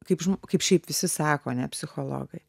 kaip žm kaip šiaip visi sako ane psichologai